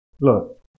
Look